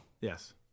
Yes